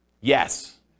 Yes